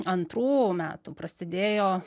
antrų metų prasidėjo